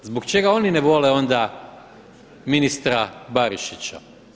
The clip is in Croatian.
Zbog čega oni ne vole onda ministra Barišića?